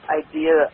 idea